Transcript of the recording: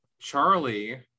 Charlie